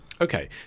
Okay